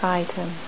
item